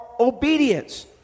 obedience